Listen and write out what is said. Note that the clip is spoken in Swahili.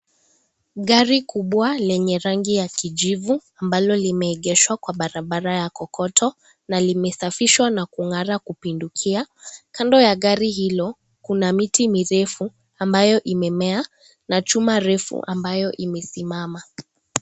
Hapa ni darasani, tunawaona watoto wameketi chini ili waweze kuonyeshwa na mwalimu yule aliye mbele. Mkononi wameweza kuzishika picha, picha ambazo zina maelezo tofautitofauti kwa picha na pia kwa maandishi.